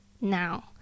now